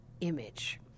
image